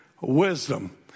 wisdom